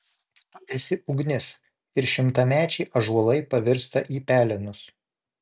tu esi ugnis ir šimtamečiai ąžuolai pavirsta į pelenus